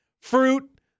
fruit